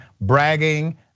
bragging